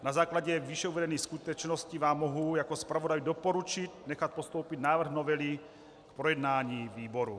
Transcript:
Na základě výše uvedených skutečností vám mohu jako zpravodaj doporučit nechat postoupit návrh novely k projednání výborům.